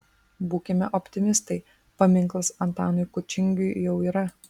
būkime optimistai paminklas antanui kučingiui jau yra